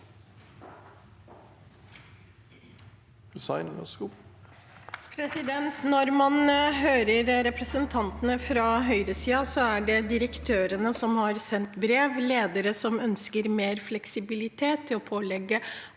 Når man hører re- presentantene fra høyresiden, er det direktørene som har sendt brev, ledere som ønsker mer fleksibilitet til å pålegge